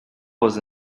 was